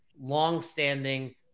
longstanding